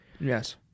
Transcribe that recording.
Yes